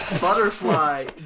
butterfly